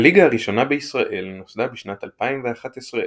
הליגה הראשונה בישראל נוסדה בשנת 2011,